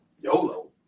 yolo